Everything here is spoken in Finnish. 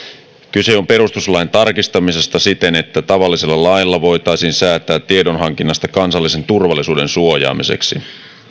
kyse on perustuslain tarkistamisesta siten että tavallisella lailla voitaisiin säätää tiedonhankinnasta kansallisen turvallisuuden suojaamiseksi